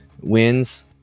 wins